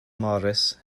morris